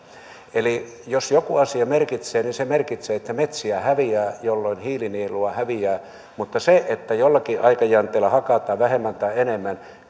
eli jos joku asia merkitsee niin se merkitsee että metsiä häviää jolloin hiilinielua häviää mutta en usko että sillä että jollakin aikajänteellä hakataan vähemmän tai enemmän